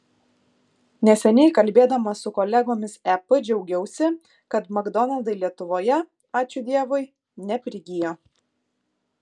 neseniai kalbėdama su kolegomis ep džiaugiausi kad makdonaldai lietuvoje ačiū dievui neprigijo